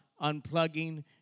unplugging